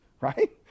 right